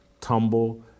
tumble